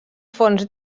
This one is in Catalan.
fonts